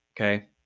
Okay